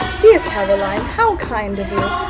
dear caroline, how kind of you!